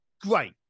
great